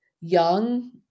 young